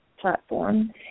platform